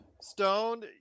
Stone